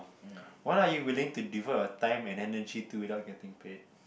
when are you willing to devote your time and energy to without getting paid